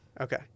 Okay